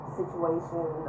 situation